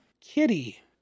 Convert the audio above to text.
Kitty